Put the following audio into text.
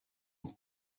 donc